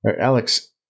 Alex